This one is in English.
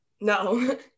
No